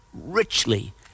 richly